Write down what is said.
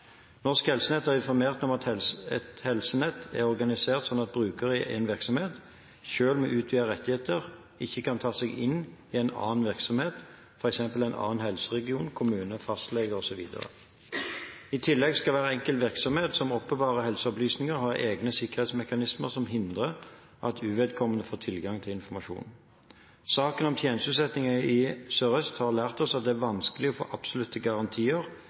har informert om at et helsenett er organisert slik at brukere i en virksomhet, selv med utvidede rettigheter, ikke kan ta seg inn i en annen virksomhet, f.eks. en annen helseregion, kommune, fastlege osv. I tillegg skal hver enkelt virksomhet som oppbevarer helseopplysninger, ha egne sikkerhetsmekanismer som hindrer at uvedkommende får tilgang til informasjonen. Saken om tjenesteutsetting i Helse Sør-Øst har lært oss at det er vanskelig å få absolutte garantier